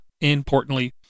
importantly